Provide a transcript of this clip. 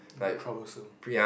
ya troublesome